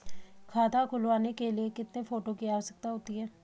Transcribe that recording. खाता खुलवाने के लिए कितने फोटो की आवश्यकता होती है?